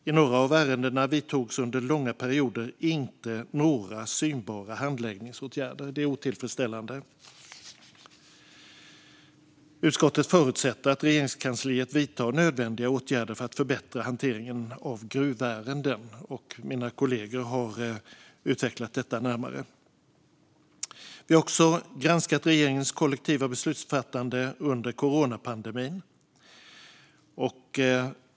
I några av ärendena vidtogs under långa perioder inte några synbara handläggningsåtgärder. Det är otillfredsställande. Utskottet förutsätter att Regeringskansliet vidtar nödvändiga åtgärder för att förbättra hanteringen av gruvärenden. Detta har mina kollegor utvecklat närmare. Vi har också granskat regeringens kollektiva beslutsfattande under coronapandemin.